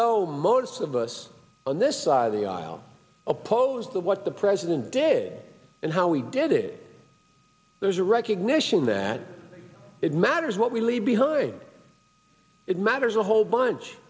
though most of us on this side of the aisle opposed to what the president day and how we did it there's a recognition that it matters what we leave behind it matters a whole bunch